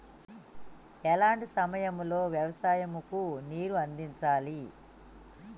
ఎలాంటి సమయం లో వ్యవసాయము కు నీరు అందించాలి?